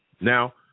Now